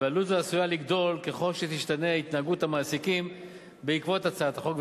ועלות זו עשויה לגדול ככל שתשתנה התנהגות המעסיקים בעקבות הצעת החוק.